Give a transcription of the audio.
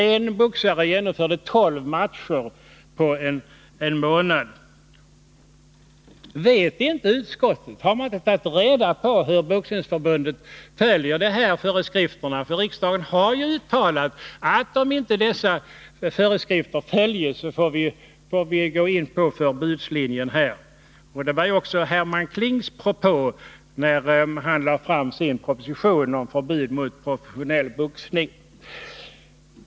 En boxare genomförde tolv matcher på en månad. Har utskottet inte tagit reda på hur Boxningsförbundet följer föreskrifterna? Riksdagen har ju uttalat att om dessa föreskrifter inte följs, får man gå in på förbudslinjen. Detta var också Herman Klings propå, när han lade fram sin proposition om förbud mot professionell boxning.